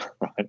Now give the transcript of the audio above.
right